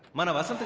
man of ah self